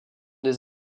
des